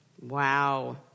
Wow